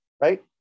right